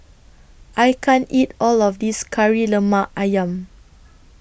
I can't eat All of This Kari Lemak Ayam